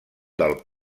del